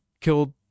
killed